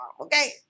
okay